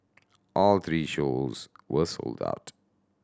all three shows were sold out